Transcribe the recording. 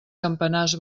campanars